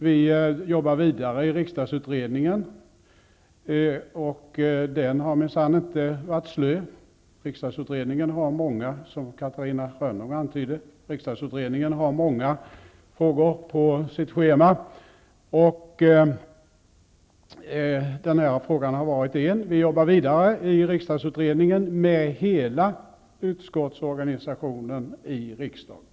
Vi jobbar vidare i riksdagsutredningen, som verkligen inte har varit slö. Som Catarina Rönnung antydde, har utredningen många frågor på sitt schema, av vilka frågan om tillfälligt utskott har varit en. Vi jobbar vidare i utredningen med hela utskottsorganisationen i riksdagen.